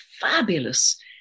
fabulous